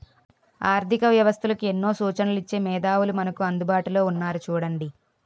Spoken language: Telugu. ఆర్థిక వ్యవస్థలకు ఎన్నో సూచనలు ఇచ్చే మేధావులు మనకు అందుబాటులో ఉన్నారు చూడండి